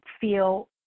feel